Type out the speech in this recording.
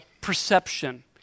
perception